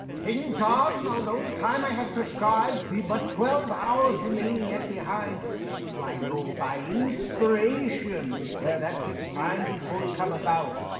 king john, although the time i have prescribed be but twelve hours remaining yet behind, yet do i know by inspiration, ere that fixed time be fully come about,